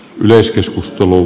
varapuhemies